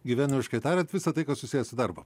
gyvenimiškai tariant visa tai kas susiję su darbu